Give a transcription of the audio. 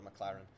McLaren